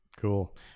cool